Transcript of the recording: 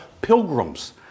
pilgrims